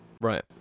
Right